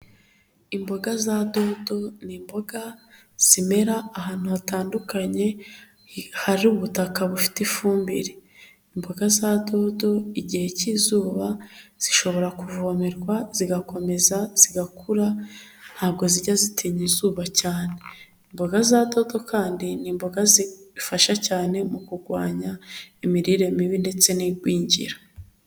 Imboga za dodo ni imboga zimera ahantu hatandukanye hari ubutaka bufite ifumbire. Imboga za dodo, igihe cy'izuba zishobora kuvomererwa zigakomeza zigakura, ntabwo zijya zitinya izuba cyane. Imboga za dodo kandi, ni imboga zifasha cyane mu kurwanya imirire mibi ndetse n'igwingira.